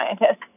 scientists